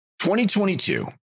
2022